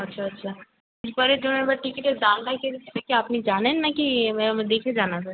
আচ্ছা আচ্ছা স্লিপারের জন্য টিকিটের দামটা কি কি আপনি জানেন না কি দেখে জানাবেন